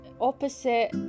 opposite